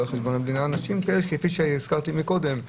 על חשבון המדינה אנשים שכפי שהזכרתי קודם,